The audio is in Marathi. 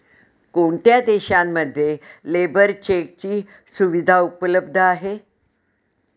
कोणत्या देशांमध्ये लेबर चेकची सुविधा उपलब्ध आहे?